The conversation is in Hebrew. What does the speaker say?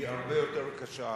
היא הרבה יותר קשה.